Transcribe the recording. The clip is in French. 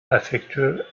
affectueux